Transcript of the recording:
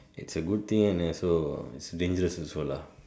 it's a good thing and is also dangerous also lah